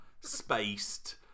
Spaced